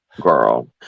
girl